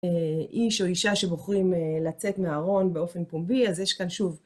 איש או אישה שבוחרים לצאת מהארון באופן פומבי, אז יש כאן, שוב...